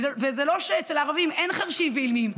וזה לא שאצל הערבים אין חירשים ואילמים,